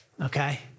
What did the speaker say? okay